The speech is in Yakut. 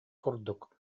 курдук